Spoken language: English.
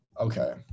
okay